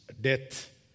death